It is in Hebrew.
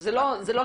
זה לא שם,